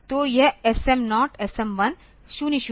तो यह SM0 SM1 0 0 है